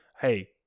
hey